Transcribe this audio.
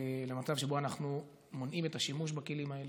למצב שבו אנחנו מונעים את השימוש בכלים האלה.